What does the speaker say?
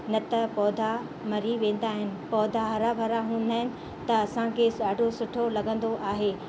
न त पौधा मरी वेंदा आहिनि पौधा हरा भरा हूंदा आहिनि त असांखे ॾाढो सुठो लॻंदो आहे